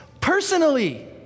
personally